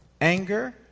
anger